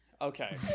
okay